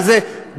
וזה,